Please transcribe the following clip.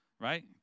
right